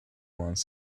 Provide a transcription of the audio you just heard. ones